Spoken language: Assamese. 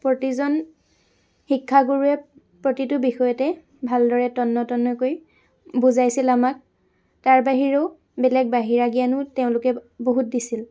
প্ৰতিজন শিক্ষাগুৰুৱে প্ৰতিটো বিষয়তে ভালদৰে তন্ন তন্নকৈ বুজাইছিল আমাক তাৰ বাহিৰেও বেলেগ বাহিৰা জ্ঞানো তেওঁলোকে বহুত দিছিল